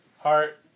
heart